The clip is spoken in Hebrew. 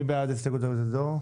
מי בעד ההסתייגות הזו?